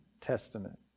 Testament